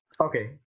Okay